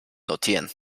notieren